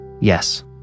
Yes